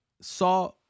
saw